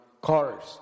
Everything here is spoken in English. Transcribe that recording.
cars